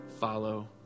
follow